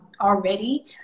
already